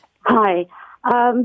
Hi